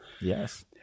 Yes